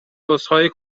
عذرخواهی